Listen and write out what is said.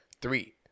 three